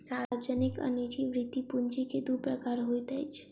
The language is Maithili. सार्वजनिक आ निजी वृति पूंजी के दू प्रकार होइत अछि